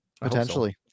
potentially